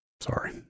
sorry